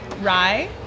rye